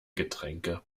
getränke